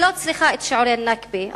אני לא צריכה את שיעורי ה"נכבה",